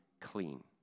clean